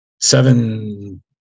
seven